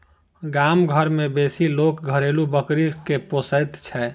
गाम घर मे बेसी लोक घरेलू बकरी के पोसैत छै